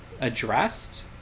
addressed